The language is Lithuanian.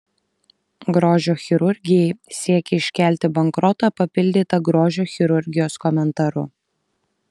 grožio chirurgijai siekia iškelti bankrotą papildyta grožio chirurgijos komentaru